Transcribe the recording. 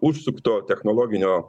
užsukto technologinio